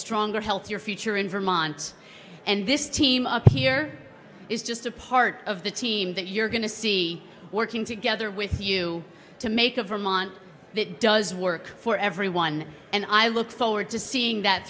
stronger healthier future in vermont and this team up here is just a part of the team that you're going to see working together with you to make a vermont that does work for everyone and i look forward to seeing that